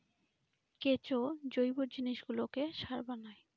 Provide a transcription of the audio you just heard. কেঁচো জৈব জিনিসগুলোকে সার বানায়